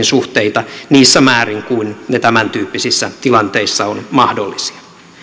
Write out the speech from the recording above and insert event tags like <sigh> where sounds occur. <unintelligible> suhteita niissä määrin kuin ne tämäntyyppisissä tilanteissa ovat mahdollisia